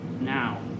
now